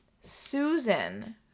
Susan